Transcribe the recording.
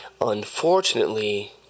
Unfortunately